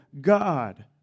God